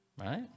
Right